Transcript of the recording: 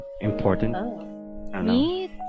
important